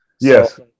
Yes